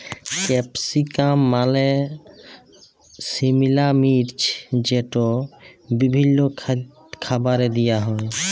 capsicum মালে সিমলা মির্চ যেট বিভিল্ল্য খাবারে দিঁয়া হ্যয়